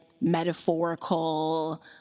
metaphorical